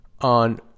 on